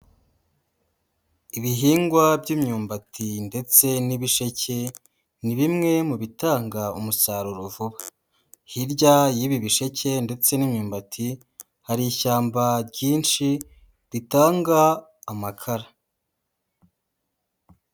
Ibihingwa by'imyumbati ndetse n'ibisheke, ni bimwe mu bitanga umusaruro vuba. Hirya y'ibi bisheke ndetse n'imyumbati, hari ishyamba ryinshi, ritanga amakara.